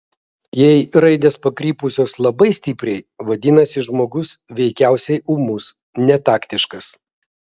jei raidės pakrypusios labai stipriai vadinasi žmogus veikiausiai ūmus netaktiškas